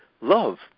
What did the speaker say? love